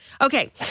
Okay